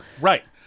right